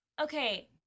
okay